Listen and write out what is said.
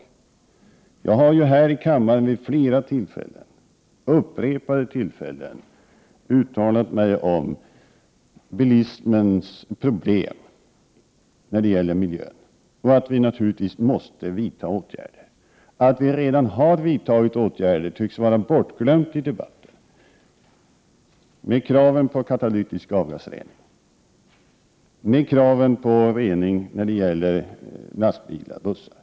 Jag har här i kammaren vid upprepade tillfällen uttalat mig om problemen med bilismen när det gäller miljön och sagt att regeringen naturligtvis måste vidta åtgärder. Att regeringen redan har vidtagit åtgärder tycks vara bortglömt i debatten. Bl.a. har regeringen ställt krav på katalytisk avgasrening och krav på rening när det gäller lastbilar och bussar.